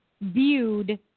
viewed